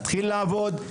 נתחיל לעבוד,